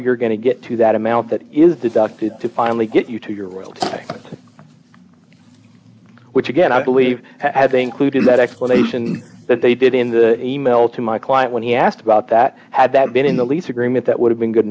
you're going to get to that amount that is deducted to finally get you to your room which again i believe had they included that explanation that they did in the email to my client when he asked about that had that been in the lease agreement that would have been good